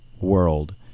world